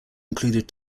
included